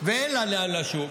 ואין לה לאן לשוב